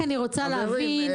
פה הקבלנים מתחרים ביניהם.